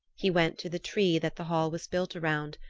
he went to the tree that the hall was built around,